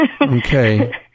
okay